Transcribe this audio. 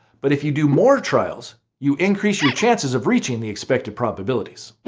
but if you do more trials, you increase your chances of reaching the expected probabilities.